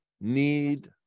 need